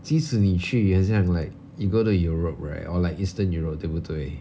即使你去很像 like you go to europe right or like eastern europe 对不对